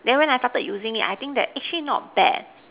then when I started using it I think that actually not bad